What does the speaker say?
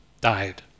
died